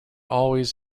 always